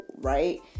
Right